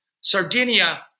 Sardinia